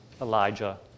Elijah